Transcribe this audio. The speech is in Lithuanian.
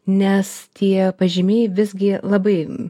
nes tie pažymiai visgi labai